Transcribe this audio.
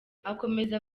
akomeza